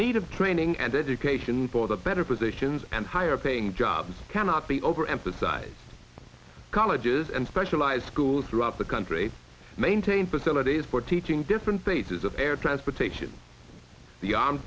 of training and education for the better positions and higher paying jobs cannot be overemphasized colleges and specialized schools throughout the country maintain facilities for teaching different phases of air transportation the armed